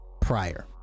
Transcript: prior